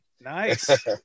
nice